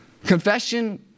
Confession